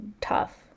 tough